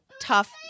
tough